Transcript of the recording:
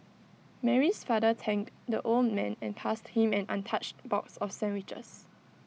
Mary's father thanked the old man and passed him an untouched box of sandwiches